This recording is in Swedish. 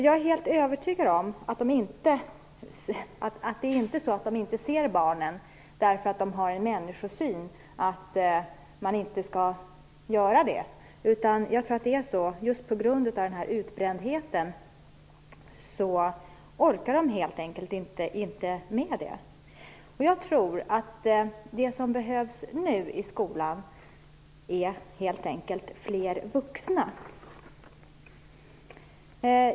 Jag är helt övertygad om att det inte är så att lärarna inte ser barnen därför att det ligger i deras människosyn. Det är just denna utbrändhet som gör att lärarna helt enkelt inte orkar med det. Det som nu behövs i skolan är fler vuxna.